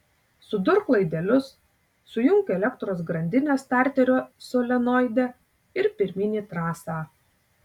sudurk laidelius sujunk elektros grandinę starterio solenoide ir pirmyn į trasą